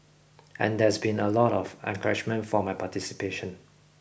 and there's been a lot of encouragement for my participation